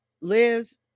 Liz